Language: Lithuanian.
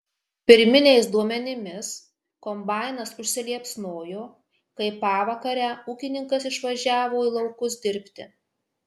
pirminiais duomenimis kombainas užsiliepsnojo kai pavakarę ūkininkas išvažiavo į laukus dirbti